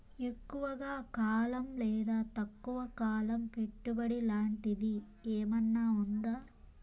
ఎక్కువగా కాలం లేదా తక్కువ కాలం పెట్టుబడి లాంటిది ఏమన్నా ఉందా